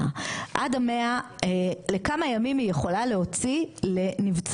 עד ה- 100 לכמה ימים היא יכולה להוציא לנבצרות